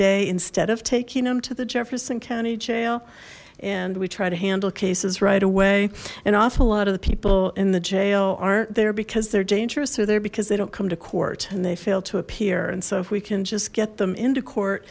day instead of taking them to the jefferson county jail and we try to handle cases right away an awful lot of the people in the jail aren't there because they're dangerous or there because they don't come to court and they fail to appear and so if we can just get them into court